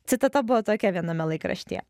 citata buvo tokia viename laikraštyje